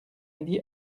midi